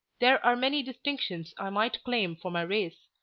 there are many distinctions i might claim for my race,